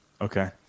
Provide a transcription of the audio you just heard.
Okay